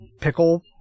pickle